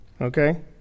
Okay